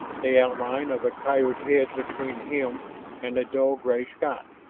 the outline of a coyote head between him and a dull gray sky,